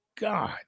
God